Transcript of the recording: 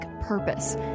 purpose